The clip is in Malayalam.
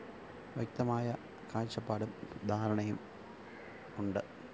വ്യക്തമായ കാഴ്ചപ്പാടും ധാരണയും ഉണ്ട്